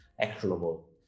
actionable